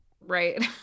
right